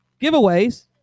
Giveaways